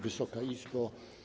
Wysoka Izbo!